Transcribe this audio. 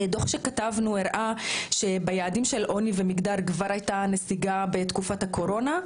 דוח שכתבנו הראה שביעדים של עוני ומגדר כבר הייתה נסיגה בתקופת הקורונה,